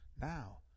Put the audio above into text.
now